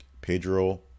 Pedro